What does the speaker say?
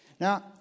Now